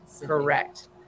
Correct